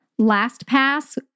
LastPass